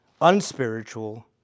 unspiritual